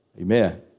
Amen